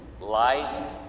life